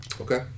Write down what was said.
Okay